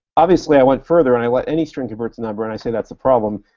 obviously i went further and i let any string convert to number, and i say that's a problem,